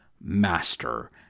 master